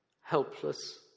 helpless